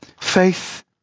Faith